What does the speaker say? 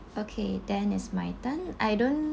okay then it's my turn I don't